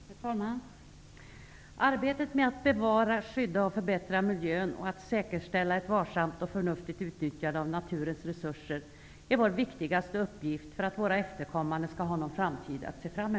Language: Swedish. Herr talman! Arbetet med att bevara, skydda och förbättra miljön och att säkerställa ett varsamt och förnuftigt utnyttjande av naturens resurser är vår viktigaste uppgift för att våra efterkommande skall ha någon framtid.